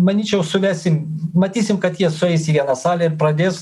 manyčiau suvesim matysim kad jie sueis į vieną salę ir pradės